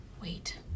wait